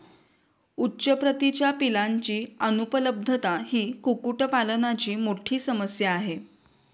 उच्च प्रतीच्या पिलांची अनुपलब्धता ही कुक्कुटपालनाची मोठी समस्या आहे